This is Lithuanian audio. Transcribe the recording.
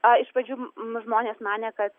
a iš pradžių žmonės manė kad